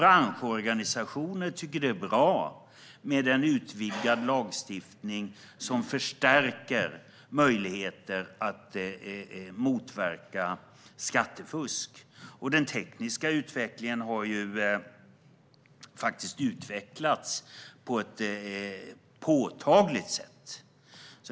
Branschorganisationer tycker att det är bra med en utvidgad lagstiftning som förstärker möjligheten att motverka skattefusk. Den tekniska utvecklingen har faktiskt gått framåt på ett påtagligt sätt.